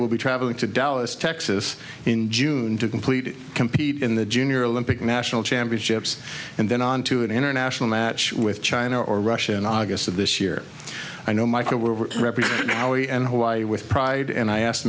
will be traveling to dallas texas in june to complete compete in the junior olympic national championships and then on to an international match with china or russia in august of this year i know michael we're representing now and hawaii with pride and i ask